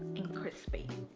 and crispy.